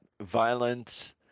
violence